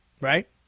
Right